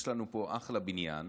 יש לנו פה אחלה בניין,